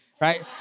right